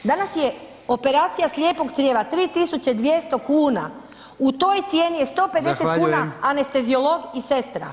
Danas je operacija slijepog crijeva 3.200 kuna u toj cijeni je 150 kuna anesteziolog i sestra.